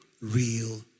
real